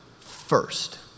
first